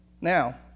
Now